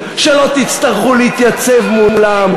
אנשים שאגב מרוויחים הרבה פחות ממך,